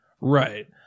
Right